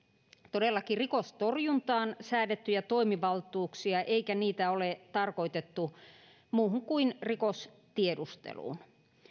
todellakin rikostorjuntaan säädettyjä toimivaltuuksia eikä niitä ole tarkoitettu muuhun kuin rikostiedusteluun